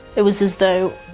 it was as though